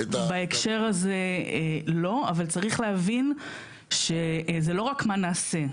בהקשר הזה לא, אבל צריך להבין שזה לא רק מה נעשה.